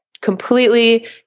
completely